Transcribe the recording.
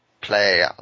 play